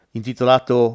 intitolato